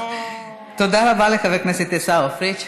אני לא, תודה לחבר הכנסת עיסאווי פריג'.